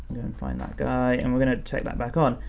and find that guy, and we're gonna tick that back on.